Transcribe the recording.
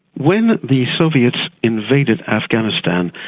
when the soviets invaded afghanistan,